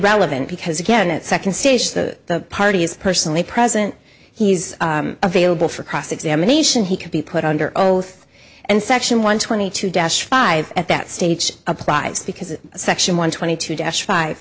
relevant because again that second stage the parties personally present he's available for cross examination he could be put under oath and section one twenty two dash five at that stage applies because section one twenty two deaths five